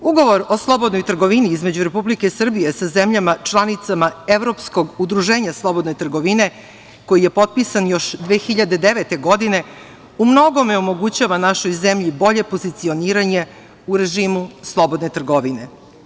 Ugovor o slobodnoj trgovini između Republike Srbije sa zemljama članicama Evropskog udruženja slobodne trgovine, koji je potpisan još 2009. godine, umnogome omogućava našoj zemlji bolje pozicioniranje u režim u slobodne trgovine.